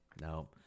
no